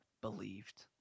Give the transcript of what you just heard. believed